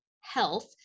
health